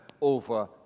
over